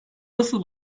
nasıl